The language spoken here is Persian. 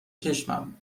چشمم